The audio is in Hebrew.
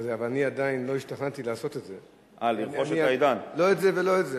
לא את זה ולא את זה.